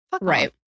Right